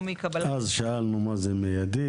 או מיום קבלת --- אז שאלנו מה זה מיידי,